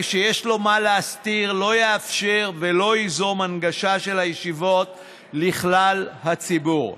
מי שיש לו מה להסתיר לא יאפשר ולא ייזום הנגשה של הישיבות לכלל הציבור.